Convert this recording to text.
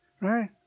Right